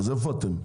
אז איפה אתם?